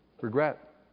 Regret